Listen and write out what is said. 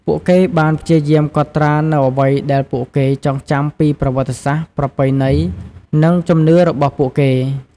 ពួកគេបានព្យាយាមកត់ត្រានូវអ្វីដែលពួកគេចងចាំពីប្រវត្តិសាស្ត្រ ប្រពៃណី និងជំនឿរបស់ពួកគេ។